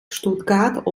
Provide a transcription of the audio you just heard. stuttgart